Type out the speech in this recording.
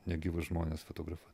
negyvus žmones fotografuot